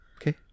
okay